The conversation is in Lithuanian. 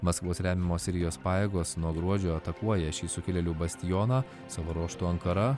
maskvos remiamos sirijos pajėgos nuo gruodžio atakuoja šį sukilėlių bastioną savo ruožtu ankara